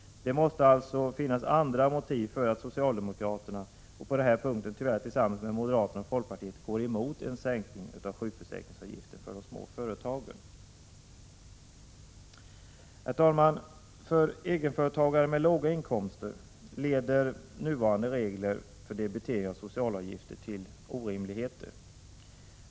Det måste alltså finnas andra motiv för att socialdemokraterna, på den här punkten tyvärr tillsammans med moderaterna och folkpartiet, går emot en sänkning av sjukförsäkringsavgiften för de små företagen. För egenföretagare med låga inkomster leder nuvarande regler för debitering av socialavgifter till orimligheter.